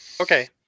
Okay